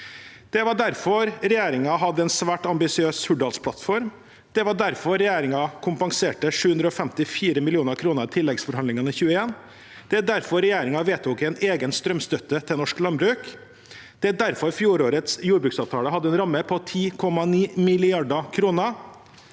Det var derfor regjeringen hadde en svært ambisiøs Hurdalsplattform. Det var derfor regjeringen kompenserte 754 mill. kr i tilleggsforhandlingene i 2021. Det var derfor regjeringen vedtok en egen strømstøtte til norsk landbruk. Det er derfor fjorårets jordbruksavtale hadde en ramme på 10,9 mrd. kr,